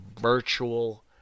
virtual